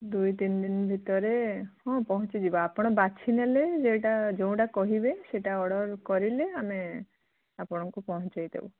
ଦୁଇ ତିନି ଦିନ ଭିତରେ ହଁ ପହଞ୍ଚିଯିବ ଆପଣ ବାଛିନେଲେ ଯେଉଁଟା ସେଇଟା କହିଲେ ସେଇଟା ଅର୍ଡ଼ର କରିଲେ ଆମେ ଆପଣଙ୍କୁ ପହଞ୍ଚାଇ ଦେବୁ